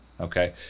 Okay